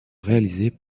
réalisés